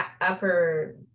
upper